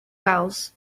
wells